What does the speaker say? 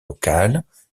locales